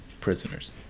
prisoners